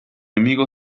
amigo